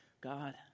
God